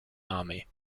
army